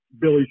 Billy